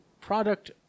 product